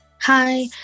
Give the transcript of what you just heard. Hi